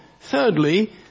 thirdly